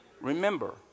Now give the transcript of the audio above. Remember